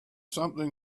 something